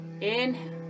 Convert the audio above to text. inhale